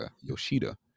Yoshida